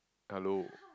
hello